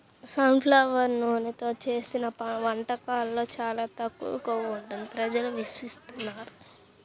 sun flower నూనెతో చేసిన వంటకాల్లో చాలా తక్కువ కొవ్వు ఉంటుంది ప్రజలు విశ్వసిస్తున్నారు